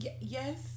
yes